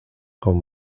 con